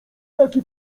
taki